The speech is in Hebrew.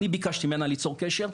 אני ביקשתי ממנה ליצור קשר.